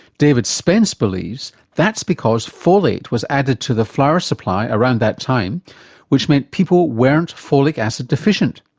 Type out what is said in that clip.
david spence believes that's because folate was added to the flour supply around that time which meant people weren't folic acid deficient.